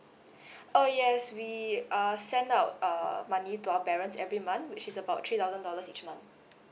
oh yes we uh send out uh money to our parents every month which is about three thousand dollars each month